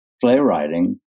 playwriting